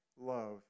love